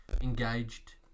engaged